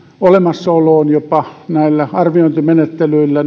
olemassaoloon jopa näillä arviointimenettelyillä